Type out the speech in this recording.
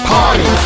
Party